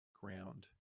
ground